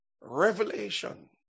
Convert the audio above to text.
revelation